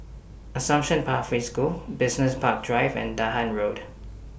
Assumption Pathway School Business Park Drive and Dahan Road